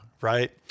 Right